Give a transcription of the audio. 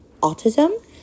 autism